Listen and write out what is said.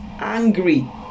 angry